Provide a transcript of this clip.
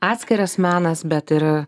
atskiras menas bet ir